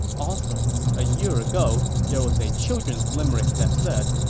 also, a year ago, there was a children's limerick that said,